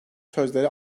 sözleri